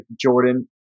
Jordan